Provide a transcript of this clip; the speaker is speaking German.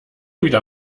wieder